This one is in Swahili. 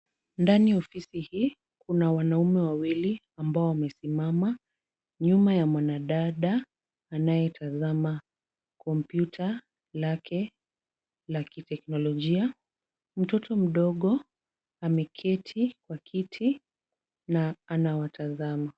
Ndani ya ofisi hii kuna wanaume wawili ambao wamesimama nyuma ya mwanadada anayetazama kompyuta lake la kiteknolojia. Mtoto mdogo ameketi kwa kiti na anawatazama.